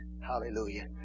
Hallelujah